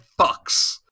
fucks